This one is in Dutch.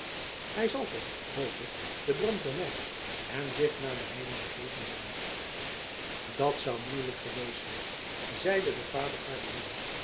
hij zal toch hoop ik den brand bemerkt en zich naar beneden begeven hebben dat zou moeilijk geweest zijn zeide de vader guardiaan